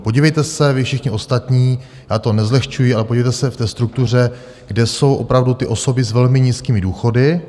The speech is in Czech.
Podívejte se vy všichni ostatní, já to nezlehčuji, ale podívejte se v té struktuře, kde jsou opravdu ty osoby s velmi nízkými důchody.